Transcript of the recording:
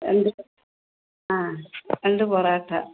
രണ്ട് ആ രണ്ട് പൊറാട്ട